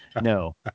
No